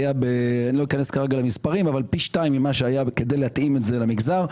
לא אנסה למספרים אבל פי שניים ממה שהיה כדי להתאים את זה למגזר.